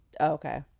Okay